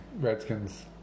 Redskins